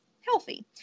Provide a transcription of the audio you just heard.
healthy